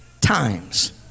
times